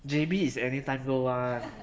J_B is anytime go [one]